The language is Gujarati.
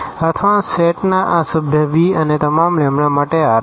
અથવા આ સેટના આ સભ્ય V અને તમામ લેમ્બડા માટે R છે